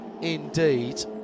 indeed